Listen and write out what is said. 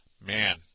Man